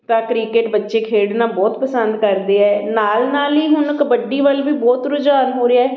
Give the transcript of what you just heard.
ਤਾਂ ਕ੍ਰਿਕਟ ਬੱਚੇ ਖੇਡਣਾ ਬਹੁਤ ਪਸੰਦ ਕਰਦੇ ਹੈ ਨਾਲ ਨਾਲ ਹੀ ਹੁਣ ਕਬੱਡੀ ਵੱਲ ਵੀ ਬਹੁਤ ਰੁਝਾਨ ਹੋ ਰਿਹਾ